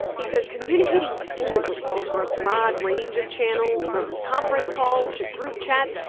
he said communicating fluently over a broad range of channels, from conference calls to group chats,